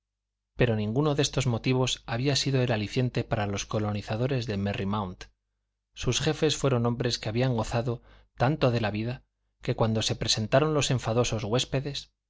pero ninguno de estos motivos había sido el aliciente para los colonizadores de merry mount sus jefes fueron hombres que habían gozado tanto de la vida que cuando se presentaron los enfadosos huéspedes